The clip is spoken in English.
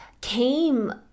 came